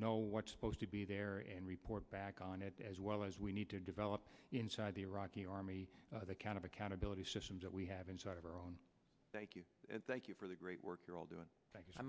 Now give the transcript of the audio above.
know what's supposed to be there and report back on it as well as we need to develop inside the iraqi army the kind of accountability systems that we have inside of our own thank you thank you for the great work you're all doing